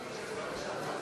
נא לשבת.